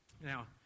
now